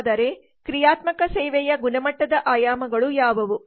ಹಾಗಾದರೆ ಕ್ರಿಯಾತ್ಮಕ ಸೇವೆಯ ಗುಣಮಟ್ಟದ ಆಯಾಮಗಳು ಯಾವುವು